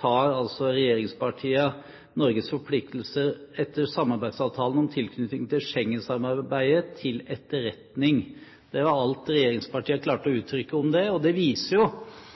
tar altså regjeringspartiene «Norges forpliktelser etter samarbeidsavtalen om tilknytning til Schengen-samarbeidet til etterretning». Det er alt regjeringspartiene klarte å uttrykke om det. Det viser jo,